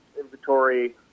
inventory